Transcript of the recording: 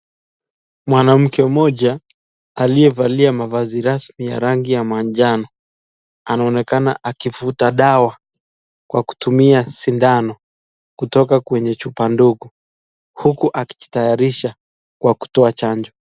Mwanamke mmoja aliyevalia mavazi rasmi ya rangi ya manjano anaonekana akivuta dawa kwa kutumia sindano kutoka kwenye chupa ndogo huku akijitayarisha kwa kutoa chanjo.